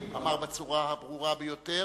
הוא אמר בצורה הברורה ביותר: